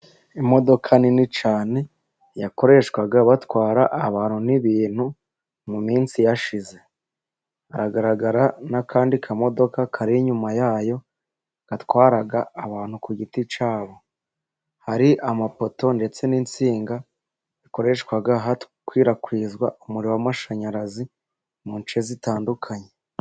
Imodoka nini cyane yakoreshwaga batwara abantu n'ibintu mu minsi yashize. Hagaragara n'akandi kamodoka kari inyuma yayo gatwara abantu ku giti cyabo. Hari amapoto ndetse n'insinga bikoreshwa hakwirakwizwa umuriro w'amashanyarazi mu nce zitandukanye.